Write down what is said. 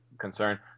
concern